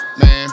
man